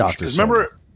Remember